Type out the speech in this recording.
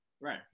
Right